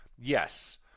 yes